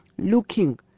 looking